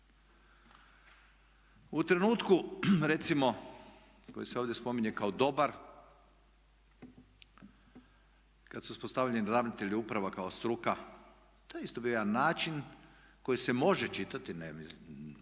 U trenutku recimo koji se ovdje spominje kao dobar, kada su uspostavljeni ravnatelji uprava kao struka, to je isto bio jedan način koji se može čitati, ne moramo